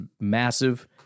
massive